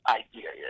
idea